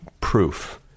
proof